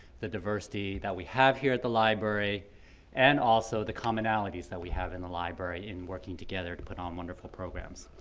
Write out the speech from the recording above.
the diversity that we have here at the library and also the commonalities that we have in the library in working together to put on wonderful programs.